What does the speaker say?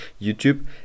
youtube